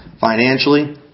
financially